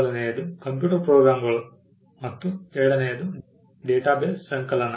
ಮೊದಲನೆಯದು ಕಂಪ್ಯೂಟರ್ ಪ್ರೋಗ್ರಾಂಗಳು ಮತ್ತು ಎರಡನೆಯದು ಡೇಟಾ ಬೇಸ್ ಸಂಕಲನ